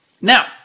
now